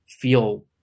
feel